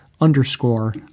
underscore